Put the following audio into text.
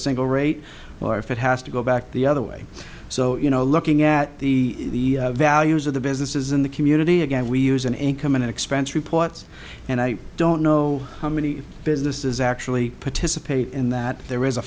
single rate or if it has to go back the other way so you know looking at the values of the businesses in the community again we use an income and expense reports and i don't know how many businesses actually participate in that there is a